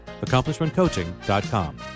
AccomplishmentCoaching.com